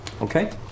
Okay